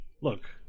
Look